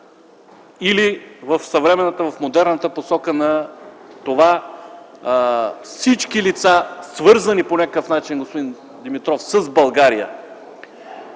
или в съвременната, в модерната посока на това всички лица, свързани по някакъв начин с България,